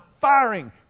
firing